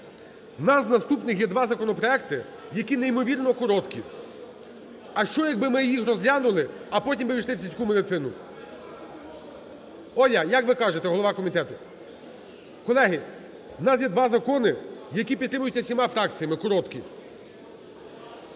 В нас наступних є два законопроекти, які неймовірно короткі, а що, якби ми їх розглянули, а потім би ввійшли в сільську медицину. Оля, як ви кажете, голова комітету? Колеги, в нас є два закони, які підтримуються всіма фракціями, короткі.